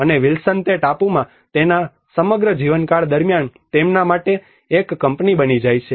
અને વિલ્સન તે ટાપુમાં તેમના સમગ્ર જીવનકાળ દરમિયાન તેમના માટે એક કંપની બની જાય છે